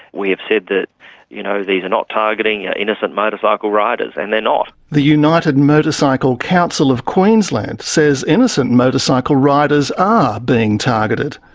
we have said that you know these are not targeting ah innocent motorcycle riders, and they're not. the united motorcycle council of queensland says innocent motorcycle riders are being targeted.